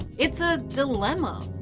it's a dilemma.